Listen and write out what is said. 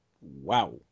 Wow